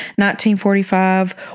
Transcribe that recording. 1945